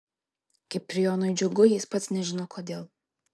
kiprijonui džiugu jis pats nežino kodėl